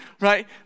Right